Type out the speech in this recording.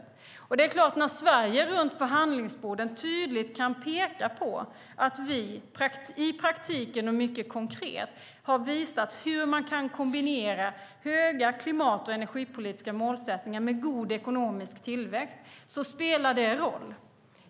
Det är klart att det spelar roll när Sverige runt förhandlingsborden tydligt kan peka på att vi i praktiken och mycket konkret har visat hur man kan kombinera höga klimat och energipolitiska målsättningar med god ekonomisk tillväxt.